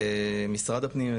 משרד הפנים,